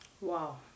Wow